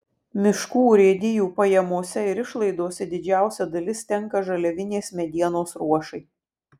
miškų urėdijų pajamose ir išlaidose didžiausia dalis tenka žaliavinės medienos ruošai